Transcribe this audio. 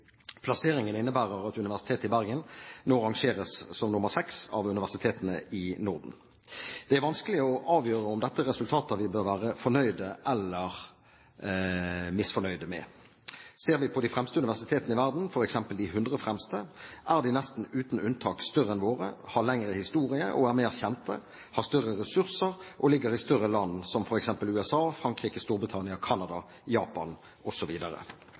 Plasseringen innebærer at Universitetet i Bergen nå rangeres som nr. 6 av universitetene i Norden. Det er vanskelig å avgjøre om dette er resultater vi bør være fornøyd eller misfornøyd med. Ser vi på de fremste universitetene i verden, f.eks. de 100 fremste, er de nesten uten unntak større enn våre, har lengre historie og er mer kjente, har større ressurser og ligger i større land, som f.eks. USA, Frankrike, Storbritannia, Canada, Japan